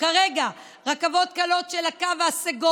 חבר הכנסת סופר,